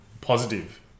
Positive